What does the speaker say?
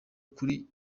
kuri